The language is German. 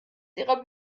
ihrer